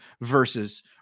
versus